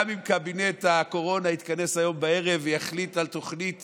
גם אם קבינט הקורונה יתכנס היום בערב ויחליט על תוכנית